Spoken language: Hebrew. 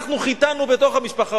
אנחנו חיתנו בתוך המשפחה,